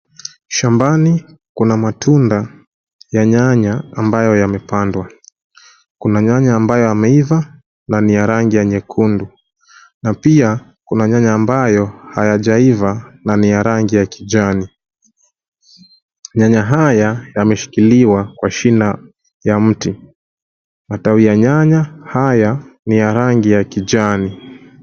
Shambani kuna matunda ya nyanya ambayo yamepandwa. Kuna nyanya ambayo yameiva na ni ya rangi ya nyekundu, na pia kuna nyanya ambayo hayajaiva na ni ya rangi ya kijani. Nyanya haya yameshikiliwa kwa shina ya mti. Majani ya nyanya haya ni ya rangi ya kijani.